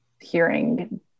hearing